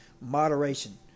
moderation